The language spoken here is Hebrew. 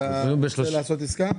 אתה מוכן לעשות עסקה?